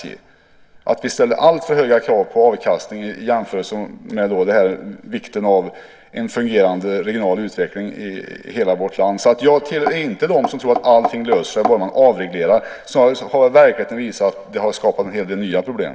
Vi kanske ställer alltför höga krav på avkastning i jämförelse med vikten av en fungerande regional utveckling i hela vårt land. Jag tillhör inte dem som tror att allting löser sig bara man avreglerar. Snarare har verkligheten visat att det har skapat en hel del nya problem.